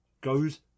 goes